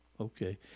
okay